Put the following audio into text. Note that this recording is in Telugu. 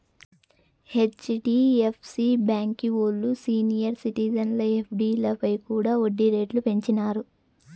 హెచ్.డీ.ఎఫ్.సీ బాంకీ ఓల్లు సీనియర్ సిటిజన్ల ఎఫ్డీలపై కూడా ఒడ్డీ రేట్లు పెంచినారు